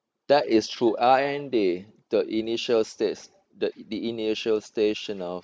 that is true r and d the initial states the the initial stage you know